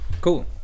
Cool